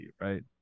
right